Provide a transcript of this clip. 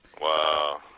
Wow